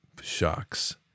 shocks